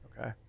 Okay